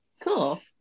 cool